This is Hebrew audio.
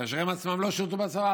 כאשר הם עצמם לא שירתו בצבא,